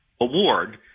award